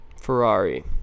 Ferrari